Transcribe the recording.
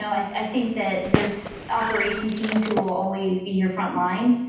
i think that there's operation team to always be your frontline,